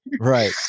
Right